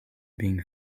being